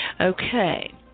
Okay